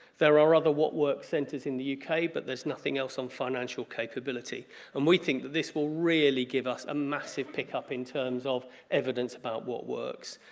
there are other what works centres in the uk but there's nothing else on financial capability and we think this will really give us a massive pick up in terms of evidence about what works.